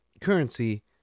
currency